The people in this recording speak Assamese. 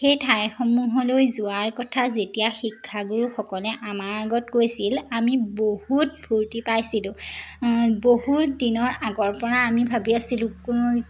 সেই ঠাইসমূহলৈ যোৱাৰ কথা যেতিয়া শিক্ষাগুৰুসকলে আমাৰ আগত কৈছিল আমি বহুত ফূৰ্তি পাইছিলোঁ বহুত দিনৰ আগৰ পৰা আমি ভাবি আছিলোঁ কোনো